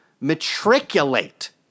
matriculate